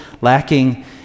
lacking